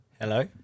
Hello